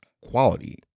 quality